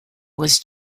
was